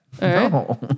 No